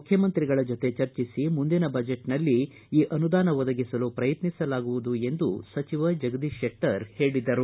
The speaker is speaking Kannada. ಮುಖ್ಯಮಂತ್ರಿಗಳ ಜತೆ ಚರ್ಚಿಸಿ ಮುಂದಿನ ಬಜೆಟ್ಟಿನಲ್ಲಿ ಈ ಅನುದಾನ ಒದಗಿಸಲು ಪ್ರಯತ್ನಿಸಲಾಗುವುದು ಎಂದು ಸಚಿವ ಜಗದೀಶ್ ಶೆಟ್ಟರ್ ಹೇಳಿದರು